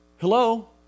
Hello